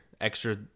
Extra